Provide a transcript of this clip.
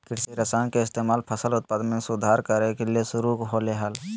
कृषि रसायन के इस्तेमाल फसल उत्पादन में सुधार करय ले शुरु होलय हल